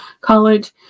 college